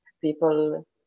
people